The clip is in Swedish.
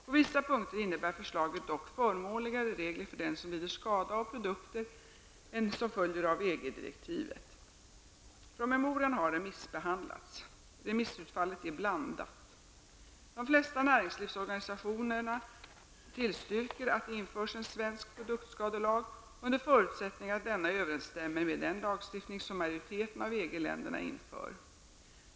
På vissa punkter innebär förslaget dock förmånligare regler för den som lider skada av produkter än som följer av EG Promemorian har remissbehandlats. Remissutfallet är blandat. De flesta näringslivsorganisationerna tillstyrker att det införs en svensk produktskadelag under förutsättning att denna överensstämmer med den lagstiftning som majoriteten av EG-länderna inför.